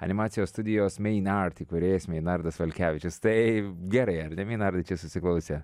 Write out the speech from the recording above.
animacijos studijos meinart įkūrėjas meinardas valkevičius tai gerai ar ne meinardai čia susiklausė